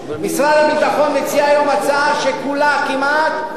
משרד הביטחון מציע היום הצעה שכמעט כולה